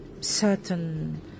certain